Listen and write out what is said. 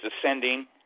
ascending